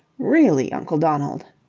really, uncle donald!